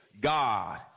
God